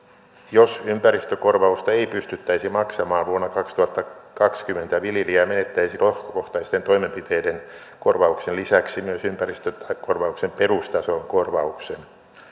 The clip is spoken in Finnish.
jos ympäristökorvausta ei pystyttäisi maksamaan vuonna kaksituhattakaksikymmentä viljelijä menettäisi lohkokohtaisten toimenpiteiden korvauksen lisäksi myös ympäristökorvauksen perustason korvauksen